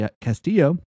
Castillo